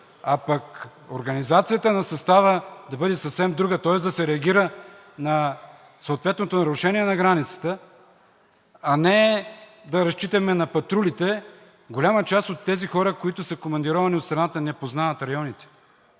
а пък организацията на състава да бъде съвсем друга. Тоест да се реагира на съответното нарушение на границата, а не да разчитаме на патрулите. Голяма част от тези хора, които са командировани от страната, не познават районите,